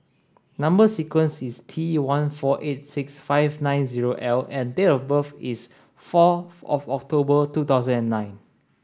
number sequence is T one four eight six five nine zero L and date of birth is fourth of October two thousand and nine